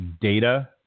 data